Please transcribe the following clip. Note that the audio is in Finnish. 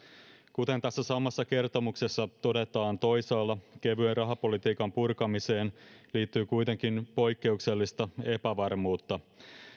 kuten tässä samassa kertomuksessa todetaan toisaalla kevyen rahapolitiikan purkamiseen liittyy kuitenkin poikkeuksellista epävarmuutta